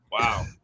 Wow